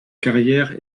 carrière